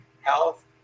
health